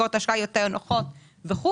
מסגרות אשראי יותר נוחות וכולי,